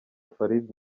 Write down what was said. farid